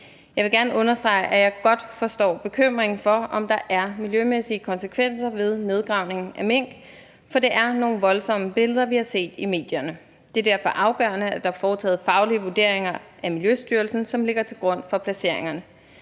Jeg vil gerne understrege, at jeg godt forstår bekymringen for, om der er miljømæssige konsekvenser ved nedgravning af mink, for det er nogle voldsomme billeder, vi har set i medierne. Det er derfor afgørende, at der af Miljøstyrelsen er foretaget faglige vurderinger, som ligger til grund for placeringerne.